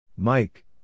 Mike